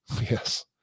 Yes